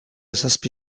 zazpi